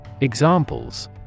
Examples